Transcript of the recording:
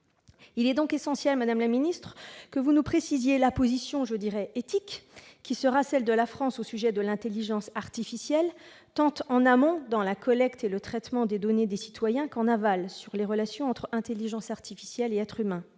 Il est donc essentiel, madame la secrétaire d'État, que vous précisiez la position éthique qui sera celle de la France au sujet de l'intelligence artificielle, tant en amont, dans la collecte et le traitement des données des citoyens, qu'en aval, sur les relations entre intelligence artificielle et être humain.